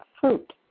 fruit